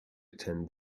attend